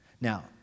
Now